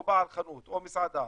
או בעל חנות או מסעדה,